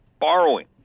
Borrowing